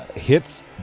hits